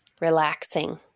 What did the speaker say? relaxing